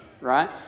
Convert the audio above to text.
right